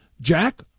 Jack